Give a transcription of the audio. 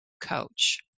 coach